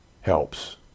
helps